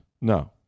No